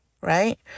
right